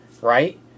right